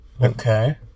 Okay